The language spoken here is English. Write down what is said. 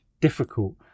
difficult